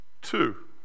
two